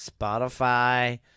Spotify